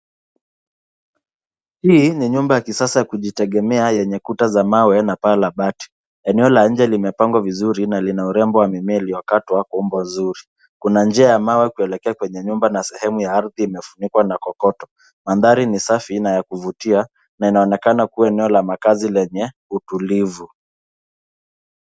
Hii ni nyumba ya kisasa ya kujitegemea yenye kuta za mawe na paa la bati. Eneo la nje limepangwa vizuri na lina urembo wa mimea iliyokatwa kwa umbo nzuri. Kuna njia ya mawe kuelekea kwenye nyumba na sehemu ya ardhi imefunikwa na kokoto. Mandhari ni safi na ya kuvutia na inaonekana kuwa eneo la makaazi lenye utulivu.